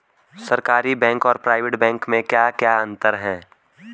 सरकारी बैंक और private bank में क्या क्या अंतर हैं?